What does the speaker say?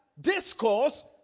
discourse